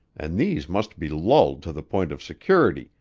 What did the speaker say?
and these must be lulled to the point of security,